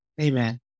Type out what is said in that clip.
Amen